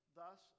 thus